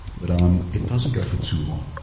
but um, it doesn't go for too long